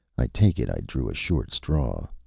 i take it i drew a short straw.